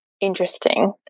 interesting